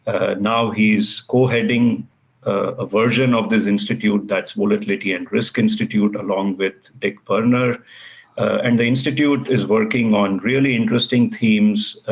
now he's co-heading a version of this institute, that's volatility and risk institute, along with rick berner and the institute is working on really interesting themes,